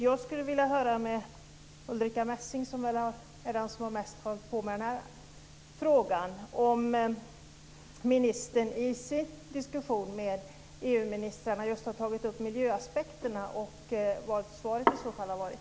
Jag skulle vilja höra med Ulrica Messing, som är den som arbetat mest med den här frågan, om ministern i sin diskussion med EU-ministrarna har tagit upp just miljöaspekterna och vad svaret i så fall har varit.